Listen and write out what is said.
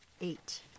eight